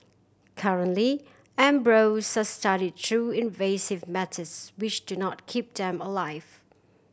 currently embryos are studied through invasive methods which do not keep them alive